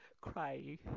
crying